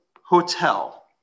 hotel